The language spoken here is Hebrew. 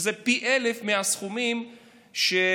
שזה פי 1,000 מהסכומים בנושא הזוגות הצעירים,